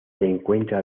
encuentra